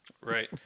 Right